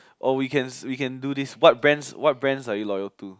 or we can we can do this what brands what brands are you loyal to